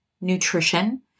nutrition